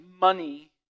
money